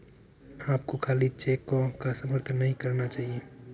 आपको खाली चेकों का समर्थन नहीं करना चाहिए